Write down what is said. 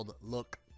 Look